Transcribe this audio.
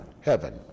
heaven